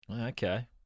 Okay